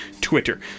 Twitter